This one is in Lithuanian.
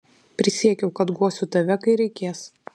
prisiekiau kad guosiu tave kai reikės